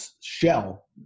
shell